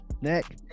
Nick